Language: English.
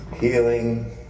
healing